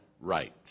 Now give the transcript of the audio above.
rights